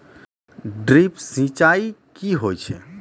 Drip सिंचाई कि होय छै?